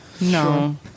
No